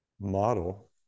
model